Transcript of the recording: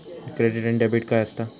Credit आणि debit काय असता?